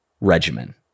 regimen